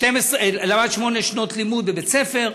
שמונה שנות לימוד בבית-ספר,